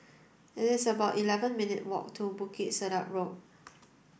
it is about eleven minutes' walk to Bukit Sedap Road